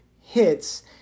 hits